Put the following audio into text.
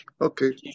okay